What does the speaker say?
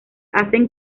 hacen